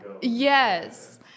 Yes